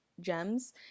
gems